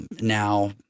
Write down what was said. now